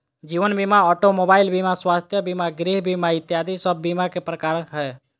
जीवन बीमा, automobile बीमा, स्वास्थ्य बीमा, गृह बीमा इत्यादि सब बीमा के प्रकार हय